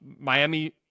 Miami